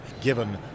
given